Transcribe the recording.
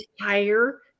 higher